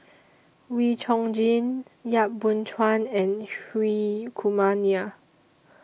Wee Chong Jin Yap Boon Chuan and Hri Kumar Nair